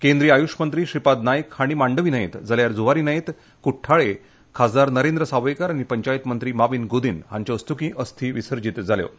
केंद्रीय आयुश मंत्री श्रीपाद नायक हांणी मांडवी न्हंयेत जाल्यार जुवारी न्हंयत कुड्ठाळे खासदार नरेंद्र सावयकार आनी पंचायत मंत्री माविन गुदिन्हो हांचे हस्तुकीं अस्थी विसर्जित केल्यो